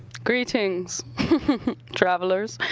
greetings travelers,